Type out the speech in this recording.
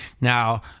Now